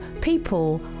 people